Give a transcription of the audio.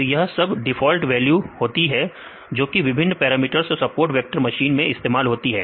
तो यह सब डिफॉल्ट वैल्यू ज होती हैं जोकि विभिन्न पैरामीटर्स और सपोर्ट वेक्टर मशीन में इस्तेमाल होती हैं